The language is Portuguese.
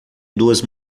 duas